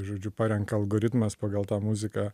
žodžiu parenka algoritmas pagal tą muziką